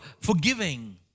forgiving